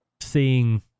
seeing